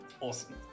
Awesome